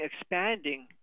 expanding